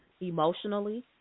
emotionally